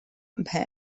beh